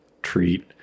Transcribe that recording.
treat